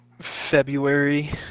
February